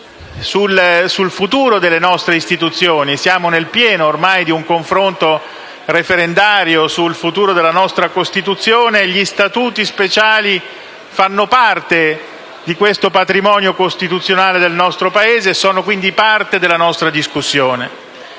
sul futuro delle nostre istituzioni. Siamo ormai nel pieno di un confronto referendario sul futuro della nostra Costituzione e gli Statuti speciali fanno parte di questo patrimonio costituzionale del nostro Paese; essi sono quindi parte della nostra discussione.